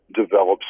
develops